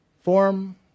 form